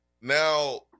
now